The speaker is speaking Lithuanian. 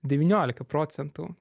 devyniolika procentų